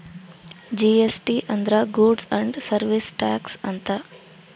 GST ಅಂದ್ರ goods and service tax ಅಂತ